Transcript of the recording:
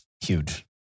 huge